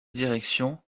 direction